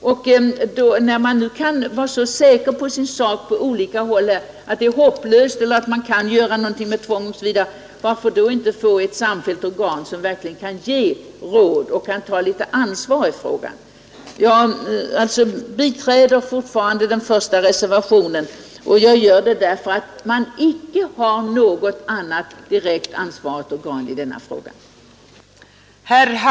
Men när nu en kan vara så säker på sin sak och säga att det är hopplöst med vård eller att tvång inte bör tillgripas, varför då inte skapa ett samfällt organ som verkligen kan ge råd och som kan ta litet ansvar i frågan. Jag biträder fortfarande den första reservationen, och jag gör det därför att vi nu inte har något annat helt ansvarigt organ i denna fråga.